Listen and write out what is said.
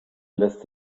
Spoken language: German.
lässt